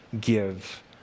give